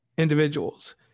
individuals